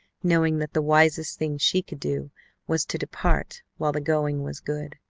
knowing that the wisest thing she could do was to depart while the going was good.